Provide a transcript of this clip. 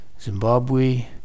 Zimbabwe